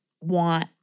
want